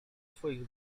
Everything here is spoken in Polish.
twoich